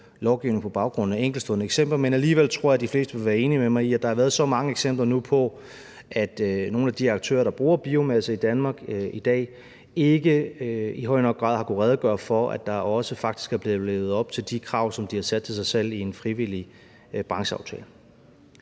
lovgivning på baggrund af enkeltstående eksempler, men alligevel tror jeg, de fleste vil være enig med mig i, at der har været så mange eksempler nu på, at nogle af de aktører, der bruger biomasse i Danmark i dag, ikke i høj nok grad har kunnet redegøre for, at der faktisk også er blevet levet op til de krav, som de har sat til sig selv i en frivillig brancheaftale.